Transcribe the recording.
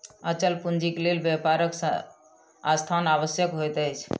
अचल पूंजीक लेल व्यापारक स्थान आवश्यक होइत अछि